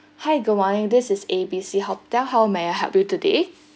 hi good morning this is A B C hotel how may I help you today